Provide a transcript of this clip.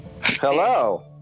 Hello